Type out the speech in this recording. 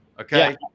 Okay